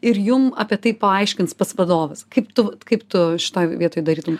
ir jums apie tai paaiškins pats vadovas kaip tu kaip tu šitoj vietoj darytum